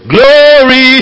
Glory